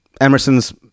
Emerson's